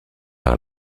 par